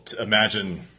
imagine